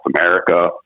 America